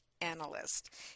analyst